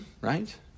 Right